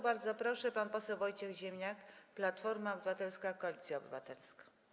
Bardzo proszę, pan poseł Wojciech Ziemniak, Platforma Obywatelska - Koalicja Obywatelska.